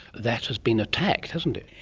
that has been attacked, hasn't it.